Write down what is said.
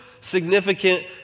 significant